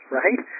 right